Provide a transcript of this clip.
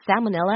Salmonella